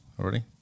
already